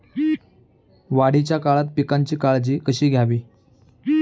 वाढीच्या काळात पिकांची काळजी कशी घ्यावी?